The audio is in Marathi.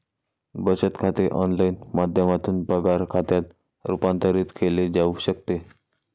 बचत खाते ऑनलाइन माध्यमातून पगार खात्यात रूपांतरित केले जाऊ शकते